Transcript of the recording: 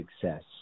success